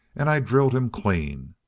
and i drilled him clean.